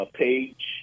page